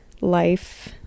life